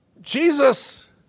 Jesus